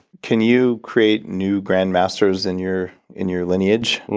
can you create new grand masters in your in your lineage? and